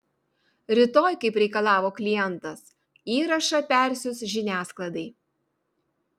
rytoj kaip reikalavo klientas įrašą persiųs žiniasklaidai